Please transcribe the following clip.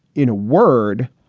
in a word,